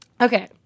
Okay